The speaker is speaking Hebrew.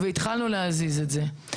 והתחלנו להזיז את זה.